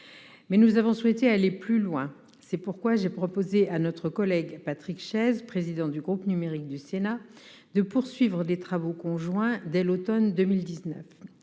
nous avons souhaité aller plus loin. C'est pourquoi j'ai proposé à notre collègue Patrick Chaize, président du groupe numérique du Sénat, de mener des travaux conjoints dès l'automne 2019.